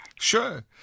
Sure